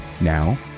Now